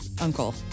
uncle